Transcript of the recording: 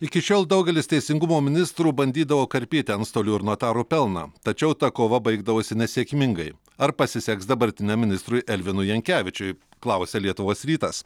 iki šiol daugelis teisingumo ministrų bandydavo karpyti antstolių ir notarų pelną tačiau ta kova baigdavosi nesėkmingai ar pasiseks dabartiniam ministrui elvinui jankevičiui klausia lietuvos rytas